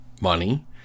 money